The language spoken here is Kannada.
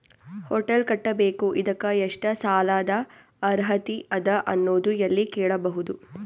ಹೊಟೆಲ್ ಕಟ್ಟಬೇಕು ಇದಕ್ಕ ಎಷ್ಟ ಸಾಲಾದ ಅರ್ಹತಿ ಅದ ಅನ್ನೋದು ಎಲ್ಲಿ ಕೇಳಬಹುದು?